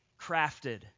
crafted